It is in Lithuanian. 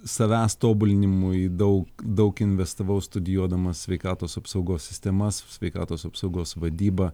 savęs tobulinimui daug daug investavau studijuodamas sveikatos apsaugos sistemas sveikatos apsaugos vadybą